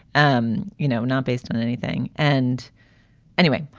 um you know, not based on anything. and anyway,